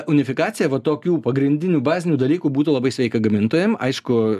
unifikacija va tokių pagrindinių bazinių dalykų būtų labai sveika gamintojam aišku